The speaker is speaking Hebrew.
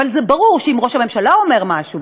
אבל ברור שאם ראש הממשלה אומר משהו,